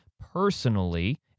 personally